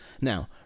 Now